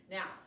Now